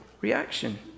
reaction